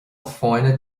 fáinne